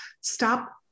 stop